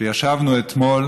שישבנו אתמול